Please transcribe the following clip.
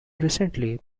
recently